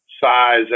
size